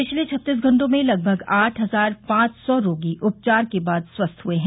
पिछले छत्तीस घंटों में लगभग आठ हजार पांच सौ रोगी उपचार के बाद स्वस्थ हुए हैं